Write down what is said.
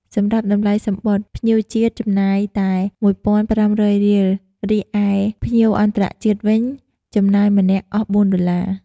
សម្រាប់តម្លៃសំបុត្រ ភ្ញៀវជាតិចំណាយតែ ១,៥០០ រៀលរីឯ ភ្ញៀវអន្តរជាតិវិញចំណាយអស់ម្នាក់៤ ដុល្លារ ។